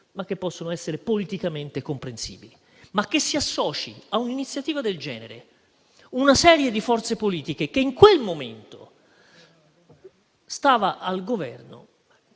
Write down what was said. ma può essere politicamente comprensibile. Che si associno però a un'iniziativa del genere una serie di forze politiche che in quel momento stavano al Governo